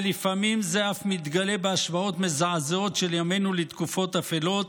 ולפעמים זה אף מתגלה בהשוואות מזעזעות של ימינו לתקופות אפלות,